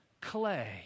clay